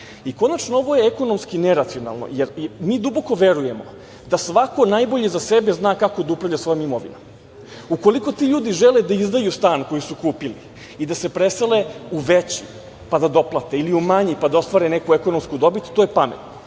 konačno, ovo je ekonomski neracionalno, jer mi duboko verujemo da svako najbolje za sebe zna kako da upravlja svojom imovinom. Ukoliko ti ljudi žele da izdaju stan koji su kupili i da se presele u veći, pa da doplate ili u manji, pa da ostvare neku ekonomsku dobit, to je pametno.